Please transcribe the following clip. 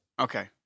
Okay